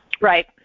Right